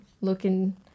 looking